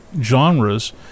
genres